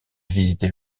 visiter